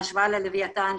בהשוואה ללוויתן,